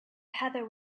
heather